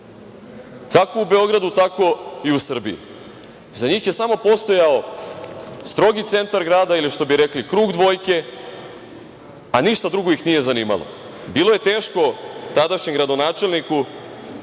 kako u Beogradu, tako i u Srbiji. Za njih je samo postojao strogi centar grada ili što bi rekli „krug dvojke“ a ništa drugo ih nije zanimalo. Bilo je teško tadašnjem gradonačelniku